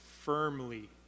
firmly